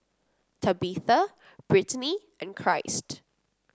Tabitha Brittani and Christ